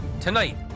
Tonight